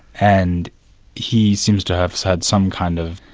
and he seems to have had some kind of,